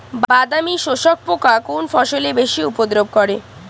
বাদামি শোষক পোকা কোন ফসলে বেশি উপদ্রব করে?